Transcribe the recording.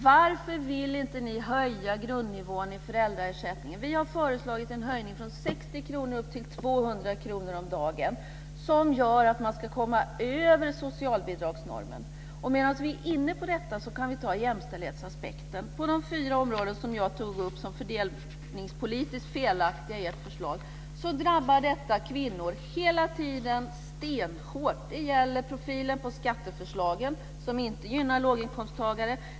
Varför vill ni inte höja grundnivån i föräldraersättningen? Vi har föreslagit en höjning från 60 kr till 200 kr om dagen, som gör att man kommer över socialbidragsnormen. Medan vi är inne på detta kan vi också ta upp jämställdhetsaspekten. På de fyra områden som jag tog upp som fördelningspolitiskt felaktiga i ert förslag drabbas hela tiden kvinnor stenhårt. Det gäller profilen på skatteförslagen, som inte gynnar låginkomsttagare.